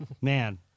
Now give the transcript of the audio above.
Man